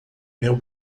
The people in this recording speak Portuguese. meu